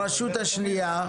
הרשות השנייה,